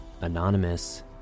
anonymous